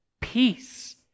peace